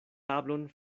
tablon